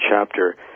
chapter